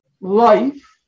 life